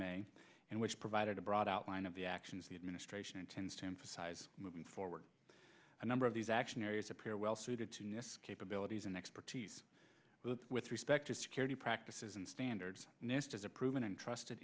may and which provided a broad outline of the actions the administration intends to emphasize moving forward a number of these actions appear well suited to us capabilities and expertise with respect to security practices and standards as a proven and trusted